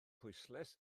pwyslais